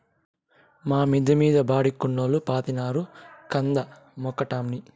మా మిద్ద మీద బాడుగకున్నోల్లు పాతినారు కంద మొక్కటమ్మీ